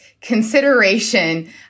consideration